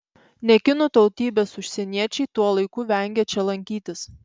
ne kinų tautybės užsieniečiai tuo laiku vengia čia lankytis